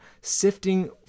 sifting